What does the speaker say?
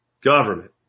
government